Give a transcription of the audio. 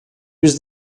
was